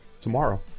tomorrow